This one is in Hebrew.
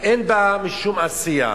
אין בה משום עשייה.